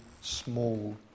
small